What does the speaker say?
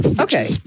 Okay